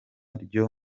ryo